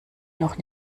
noch